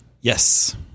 Yes